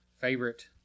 favorite